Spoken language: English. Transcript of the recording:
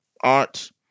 art